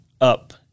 up